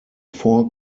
four